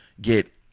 get